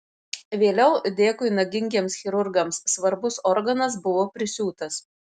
vėliau dėkui nagingiems chirurgams svarbus organas buvo prisiūtas